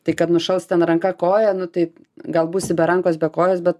tai kad nušals ten ranka koja nu tai gal būsi be rankos be kojos bet